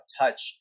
touch